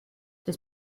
das